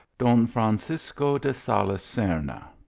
don fran cisco de salis serna,